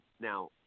Now